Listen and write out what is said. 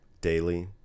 Daily